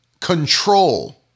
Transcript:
control